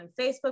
Facebook